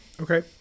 Okay